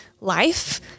life